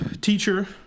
teacher